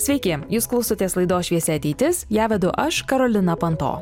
sveiki jūs klausotės laidos šviesi ateitis ją vedu aš karolina panto